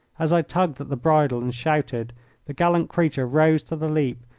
as i tugged at the bridle and shouted the gallant creature rose to the leap,